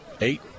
Eight